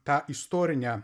tą istorinę